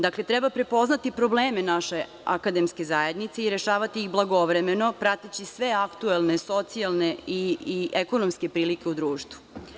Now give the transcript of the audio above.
Dakle, treba prepoznati probleme naše akademske zajednice i rešavati ih blagovremeno, prateći sve aktuelne socijalne i ekonomske prilike u društvu.